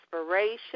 inspiration